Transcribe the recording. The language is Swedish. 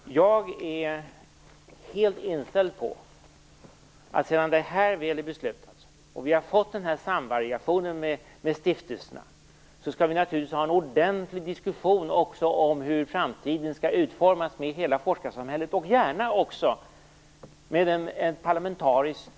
Jag är helt inställd på att vi, sedan detta väl är beslutat och vi har fått samvariationen med stiftelserna, skall ha en offentlig diskussion med forskarsamhället, gärna med parlamentariskt inslag, om hur framtiden skall utformas.